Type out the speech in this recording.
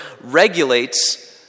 regulates